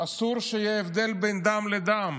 אסור שיהיה הבדל בין דם לדם,